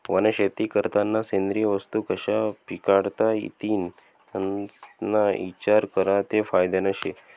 वनशेती करतांना सेंद्रिय वस्तू कशा पिकाडता इतीन याना इचार करा ते फायदानं शे